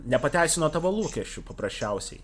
nepateisino tavo lūkesčių paprasčiausiai